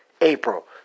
April